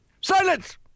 Silence